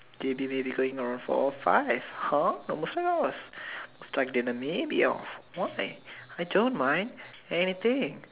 J_B maybe going around four or five !huh! why I don't mind anything